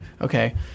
Okay